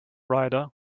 rider